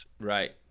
Right